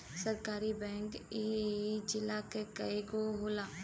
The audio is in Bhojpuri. सहकारी बैंक इक जिला में कई गो होला